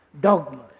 dogmas